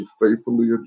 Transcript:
faithfully